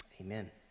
Amen